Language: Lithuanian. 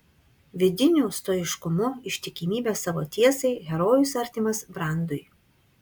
vidiniu stoiškumu ištikimybe savo tiesai herojus artimas brandui